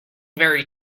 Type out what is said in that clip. very